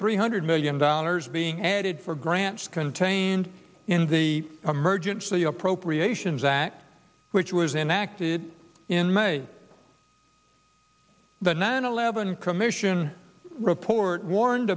three hundred million dollars being added for grants contained in the emergency appropriations act which was enacted in may the nine eleven commission report warned